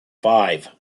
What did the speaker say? five